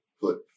put